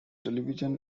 television